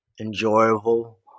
enjoyable